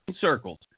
Circles